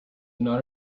not